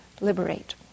liberate